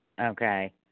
Okay